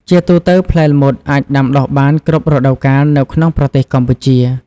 ជាទូទៅ ផ្លែល្មុតអាចដាំដុះបាន គ្រប់រដូវកាល នៅក្នុងប្រទេសកម្ពុជា។